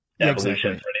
evolution